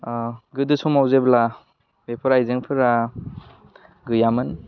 अह गोदो समाव जेब्ला बेफोर आइजेंफोरा गैयामोन